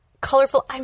colorful